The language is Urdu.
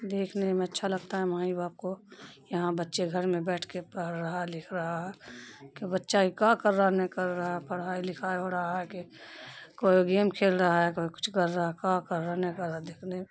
دیکھنے میں اچھا لگتا ہے مائی باپ کو یہاں بچے گھر میں بیٹھ کے پڑھ رہا لکھ رہا کہ بچہ ای کا کر رہا نہیں کر رہا پڑھائی لکھائی ہو رہا ہے کہ کوئی گیم کھیل رہا ہے کوئی کچھ کر رہا ہے کا کر رہا نہیں کر رہا دیکھنے